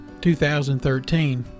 2013